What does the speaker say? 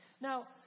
Now